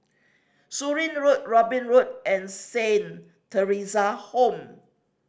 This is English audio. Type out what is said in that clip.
Surin Road Robin Road and Saint Theresa Home